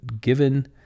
given